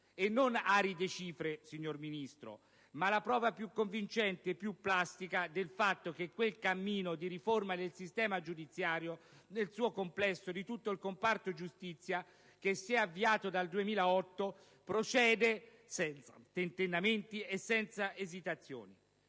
non aride cifre, signor Ministro, ma la prova più convincente e più plastica del fatto che quel cammino di riforma del sistema giudiziario nel suo complesso, di tutto il comparto giustizia, che si è avviato dal 2008, procede senza tentennamenti e senza esitazioni.